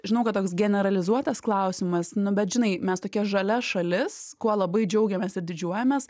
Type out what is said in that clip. žinau kad toks generalizuotas klausimas nu bet žinai mes tokia žalia šalis kuo labai džiaugiamės ir didžiuojamės